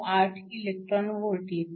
298 eV येते